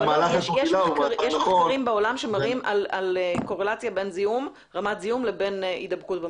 אבל יש מחקרים בעולם שמראים קורלציה בין רמת זיהום לבין הידבקות במחלה.